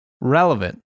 relevant